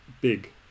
big